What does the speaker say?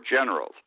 generals